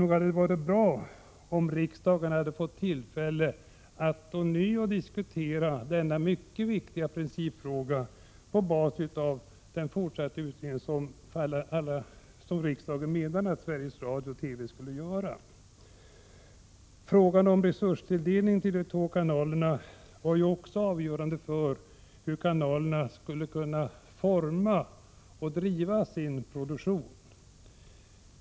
Nog hade det varit bra om riksdagen hade fått tillfälle att ånyo diskutera denna mycket viktiga principfråga med hänsyn till den fortsatta utredning som riksdagen menar att Sveriges Radio/TV skulle göra. Frågan om resurstilldelningen till de två kanalerna var ju också avgörande för hur kanalerna skulle kunna forma och driva sin produktion.